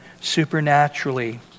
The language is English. supernaturally